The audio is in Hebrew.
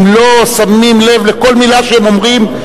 אם לא שמים לב לכל מלה שהם אומרים,